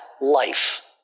life